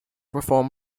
reform